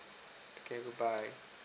okay bye bye